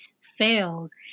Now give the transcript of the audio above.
fails